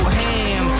ham